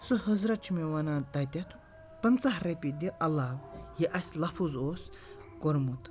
سُہ حضرت چھِ مےٚ وَنان تَتٮ۪تھ پنٛژاہ رۄپیہِ دِ علاو یہِ اَسہِ لفظ اوس کوٚرمُت